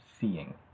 seeing